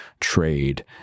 trade